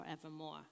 forevermore